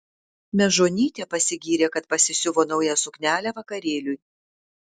mežonytė pasigyrė kad pasisiuvo naują suknelę vakarėliui